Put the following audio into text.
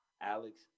Alex